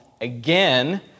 again